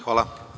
Hvala.